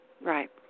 Right